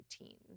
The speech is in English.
routine